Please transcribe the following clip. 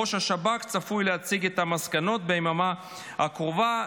ראש השב"כ צפוי להציג את המסקנות ביממה הקרובה.